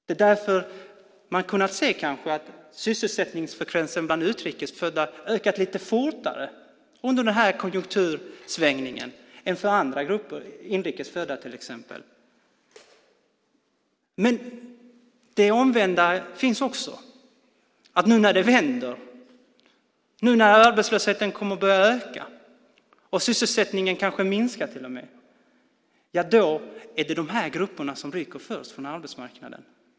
Det är därför man kanske har kunnat se att sysselsättningsfrekvensen bland utrikes födda ökat lite fortare under den här konjunktursvängningen än för andra grupper, inrikes födda till exempel. Men det omvända finns också. Nu när det vänder, nu när arbetslösheten kommer att börja öka och sysselsättningen kanske till och med minskar är det de här grupperna som ryker först från arbetsmarknaden.